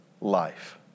life